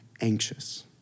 anxious